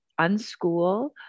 unschool